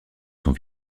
son